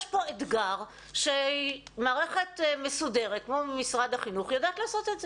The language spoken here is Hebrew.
יש פה אתגר שמערכת מסודרת כמו במשרד החינוך יודעת לעשות את זה.